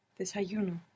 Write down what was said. Desayuno